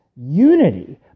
unity